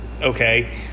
Okay